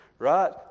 Right